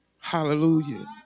Hallelujah